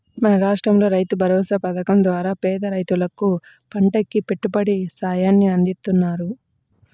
మన రాష్టంలో రైతుభరోసా పథకం ద్వారా పేద రైతులకు పంటకి పెట్టుబడి సాయాన్ని అందిత్తన్నారు